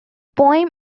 poem